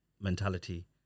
mentality